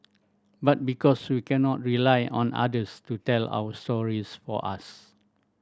but because we cannot rely on others to tell our stories for us